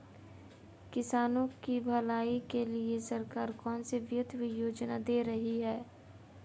किसानों की भलाई के लिए सरकार कौनसी वित्तीय योजना दे रही है?